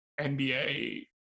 NBA